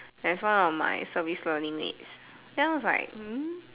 there's one of my service learning mates then I was like mm